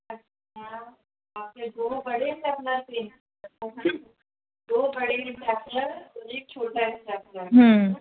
अच्छा हाँ आपको दो बड़े स्टेपलर दो बड़े स्टेपलर और एक छोटा स्टेपलर